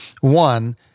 One